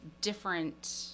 different